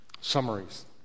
summaries